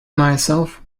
myself